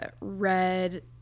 red